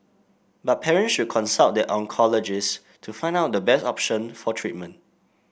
but parent should consult their oncologist to find out the best option for treatment